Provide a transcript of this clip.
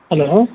hello